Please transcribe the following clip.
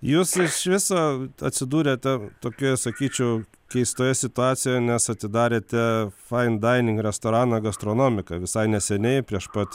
jūs iš viso atsidūrėte tokioje sakyčiau keistoje situacijoj nes atidarėte fine dining restoraną gastronomika visai neseniai prieš pat